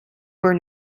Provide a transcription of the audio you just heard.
were